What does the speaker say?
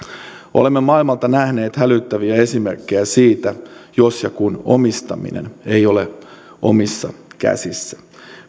olemme maailmalta nähneet hälyttäviä esimerkkejä siitä jos ja kun omistaminen ei ole omissa käsissä